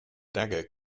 dagger